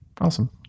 Awesome